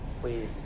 Please